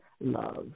love